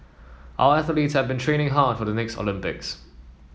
our athletes have been training hard for the next Olympics